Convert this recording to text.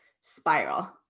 spiral